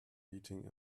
eating